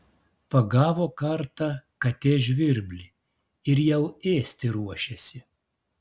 pagavo kartą katė žvirblį ir jau ėsti ruošiasi